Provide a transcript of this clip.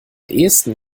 ehesten